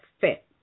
fit